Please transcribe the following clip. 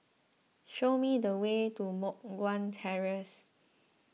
show me the way to Moh Guan Terrace